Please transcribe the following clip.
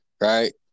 Right